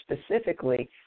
specifically